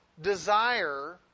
desire